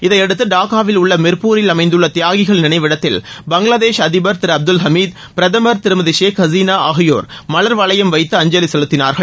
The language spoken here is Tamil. இதையடுத்து டாக்காவில் உள்ள மிர்பூரில் அமைந்துள்ள தியாகிகள் நினைவிடத்தில் பங்களாதேஷ் அதிபர் திரு அப்துல் ஹமீத் பிரதமர் திருமதி ஷேக் ஹசீனா ஆகியோர் மலர் வளையம் வைத்து அஞ்சலி செலுத்தினார்கள்